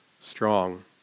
strong